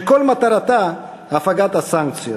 שכל מטרתה הפגת הסנקציות,